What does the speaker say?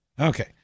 Okay